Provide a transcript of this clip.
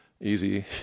easy